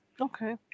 Okay